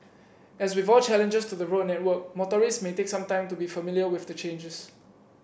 as with all changes to the road network motorists may take some time to be familiar with the changes